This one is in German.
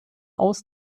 aus